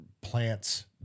plants